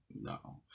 no